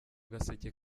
gaseke